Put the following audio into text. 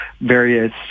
various